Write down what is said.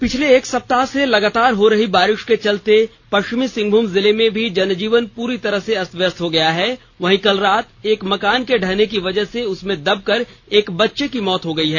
वहीं पिछले एक सप्ताह से लगातार हो रही बारिश के चलते पश्चिमी सिंहभूम जिले में भी जनजीवन पूरी तरह अस्त व्यस्त हो गया है वहीं कल रात एक मकान के ढहने की वजह से उसमें दबकर एक बच्चे की मौत भी हो गई है